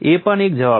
તે પણ એક જવાબ છે